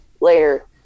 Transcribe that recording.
later